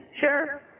Sure